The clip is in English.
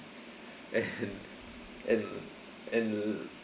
and and and l~